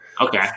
Okay